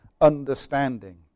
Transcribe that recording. understanding